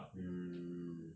mm